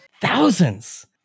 Thousands